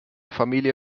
familie